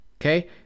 Okay